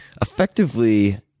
effectively